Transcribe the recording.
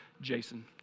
Jason